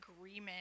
agreement